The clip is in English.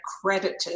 accredited